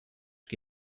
que